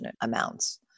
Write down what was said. amounts